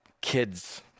kid's